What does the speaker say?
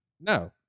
No